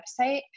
website